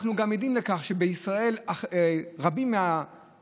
אנחנו גם עדים לכך שבישראל רבים מהפנסיונרים